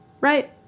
Right